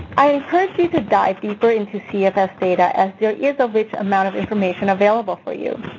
i encourage you to dive deeper into cfs data as there is a rich amount of information available for you.